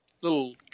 little